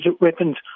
weapons